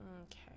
Okay